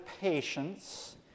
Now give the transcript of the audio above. patience